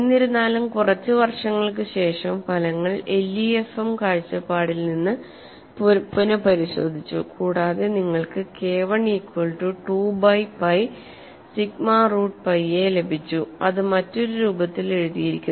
എന്നിരുന്നാലും കുറച്ച് വർഷങ്ങൾക്ക് ശേഷം ഫലങ്ങൾ LEFM കാഴ്ചപ്പാടിൽ നിന്ന് പുനപരിശോധിച്ചു കൂടാതെ നിങ്ങൾക്ക് KI equal to 2 by pi sigma root pi a ലഭിച്ചു അത് മറ്റൊരു രൂപത്തിൽ എഴുതിയിരിക്കുന്നു